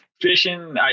fishing